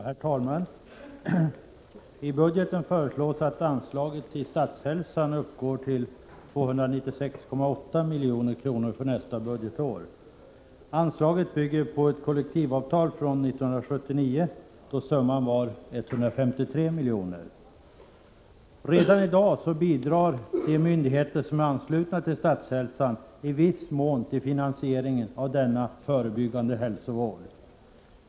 Herr talman! I budgeten föreslås att anslaget till Statshälsan uppgår till 296,8 milj.kr. för nästa budgetår. Anslaget bygger på kollektivavtal från 1979, då summan var 153 milj.kr. Redan i dag bidrar de myndigheter som är anslutna till Statshälsan i viss mån till finansieringen av denna förebyggande hälsovård.